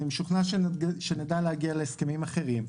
אני משוכנע שנדע להגיע להסכמים אחרים.